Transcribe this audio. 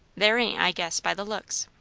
there ain't, i guess, by the looks.